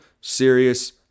serious